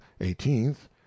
eighteenth